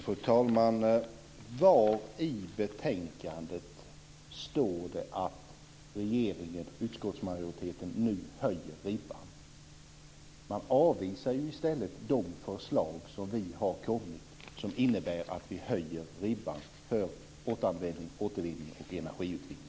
Fru talman! Var i betänkandet står det att utskottsmajoriteten nu höjer ribban? Man avvisar ju i stället våra förslag som innebär att vi höjer ribban för återanvändning, återvinning och energiutvinning.